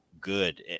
good